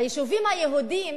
ביישובים היהודיים